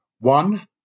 One